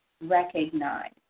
recognize